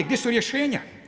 Gdje su rješenja?